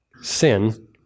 sin